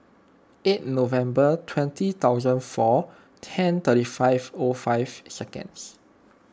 eight November twenty thousand four ten thirteen five O five seconds